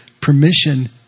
permission